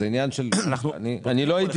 לא הייתי